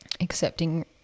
accepting